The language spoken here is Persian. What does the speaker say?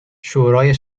شورای